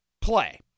play